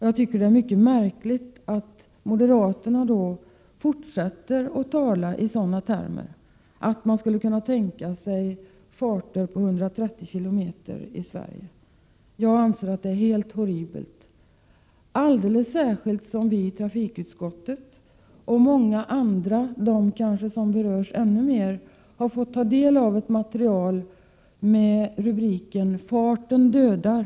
Jag tycker då att det är märkligt att moderaterna fortfarande säger att de kan tänka sig farter på upp emot 130 km i timmen. Jag anser att det är helt horribelt, alldeles särskilt som viitrafikutskottet och många andra som kanske berörs ännu mer av detta har fått ta del av ett material som har rubriken ”Farten dödar”.